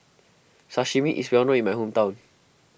Sashimi is well known in my hometown